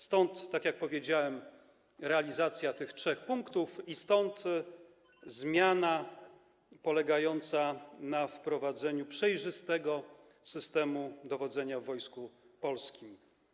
Stąd, tak jak powiedziałem, realizacja tych trzech punktów i stąd zmiana polegająca na wprowadzeniu przejrzystego systemu dowodzenia w Wojsku Polskim.